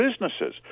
businesses